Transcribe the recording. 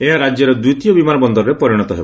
ଏହା ରାକ୍ୟର ଦ୍ୱିତୀୟ ବିମାନ ବନ୍ଦରରେ ପରିଶତ ହେବ